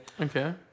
Okay